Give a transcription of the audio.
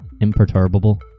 imperturbable